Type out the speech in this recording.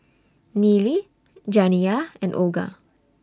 Nealy Janiyah and Olga